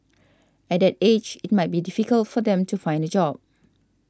at that age it might be difficult for them to find a job